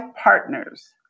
partners